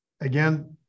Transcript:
again